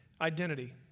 Identity